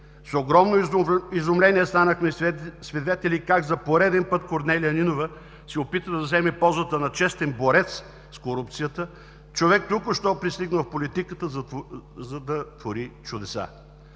С огромно изумление станахме свидетели как за пореден път Корнелия Нинова се опитва да заеме позата на честен борец с корупцията, човек току-що пристигнал в политиката, за да твори чудеса.